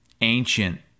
ancient